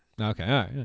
Okay